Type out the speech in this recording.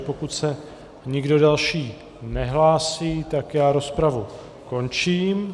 Pokud se nikdo další nehlásí, rozpravu končím.